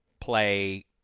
play